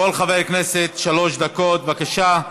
לכל חבר כנסת שלוש דקות, בבקשה.